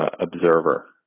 observer